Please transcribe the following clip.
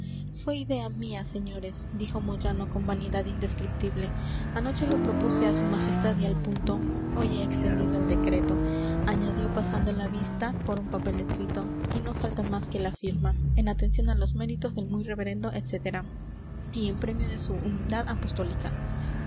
fue idea mía señores dijo moyano con vanidad indescriptible anoche lo propuse a su majestad y al punto hoy he extendido el decreto añadió pasando la vista por un papel escrito y no falta más que la firma en atención a los méritos del muy reverendo etc y en premio de su humildad apostólica